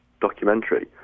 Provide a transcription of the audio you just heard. documentary